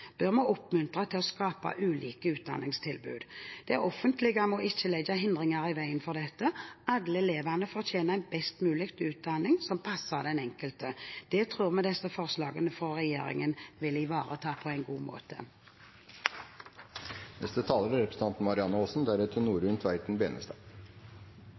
bør vi oppmuntre til å skape ulike utdanningstilbud. Det offentlige må ikke legge hindringer i veien for dette. Alle elever fortjener en best mulig utdanning som passer den enkelte. Det tror vi disse forslagene fra regjeringen vil ivareta på en god måte.